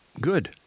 good